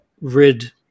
rid